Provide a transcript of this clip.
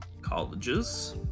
Colleges